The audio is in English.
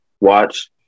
watch